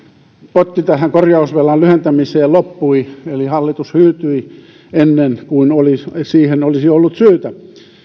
potti tähän korjausvelan lyhentämiseen loppui eli hallitus hyytyi ennen kuin siihen olisi ollut syytä